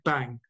Bang